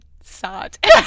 sad